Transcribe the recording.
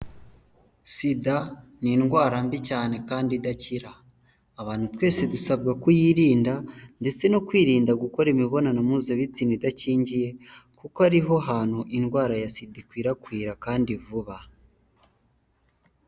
Sida ni indwara mbi cyane kandi idakira abantu twese dusabwa kuyirinda ndetse no kwirinda gukora imibonano mpuzabitsina idakingiye kuko ariho hantu indwara ya sida ikwirakwira kandi vuba.